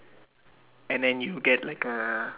and then you get like a